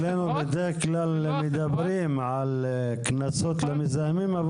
אצלנו בדרך כלל מדברים על קנסות למזהמים,